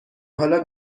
حالا